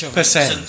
percent